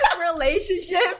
relationship